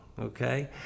okay